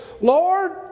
Lord